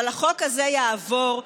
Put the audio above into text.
אבל החוק הזה יעבור,